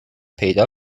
پیدا